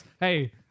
Hey